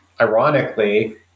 ironically